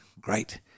great